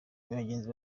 bagenzi